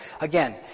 Again